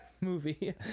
movie